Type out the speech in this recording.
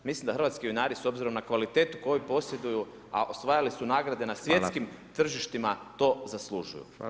Mislim da hrvatski vinari s obzirom na kvalitetu koju posjeduju, a osvajali su nagrade na svjetskim tržištima to zaslužuju.